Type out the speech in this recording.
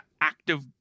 active